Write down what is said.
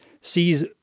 sees